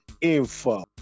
Info